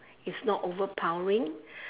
it's not overpowering